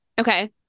Okay